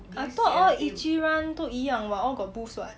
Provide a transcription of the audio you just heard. I thought all Ichiran 都一样 [what] all got booths what